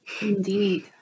Indeed